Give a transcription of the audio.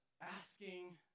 asking